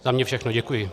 Za mě všechno, děkuji.